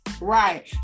right